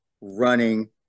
running